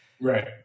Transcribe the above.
Right